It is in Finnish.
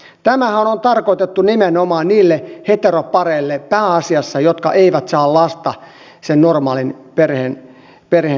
tämähän on tarkoitettu nimenomaan niille heteropareille pääasiassa jotka eivät saa normaalisti lasta lisääntyessään